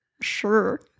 sure